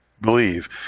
believe